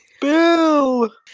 Bill